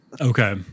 Okay